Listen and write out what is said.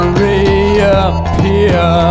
reappear